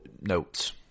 notes